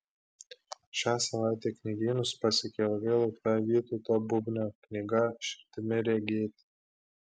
šią savaitę knygynus pasiekė ilgai laukta vytauto bubnio knyga širdimi regėti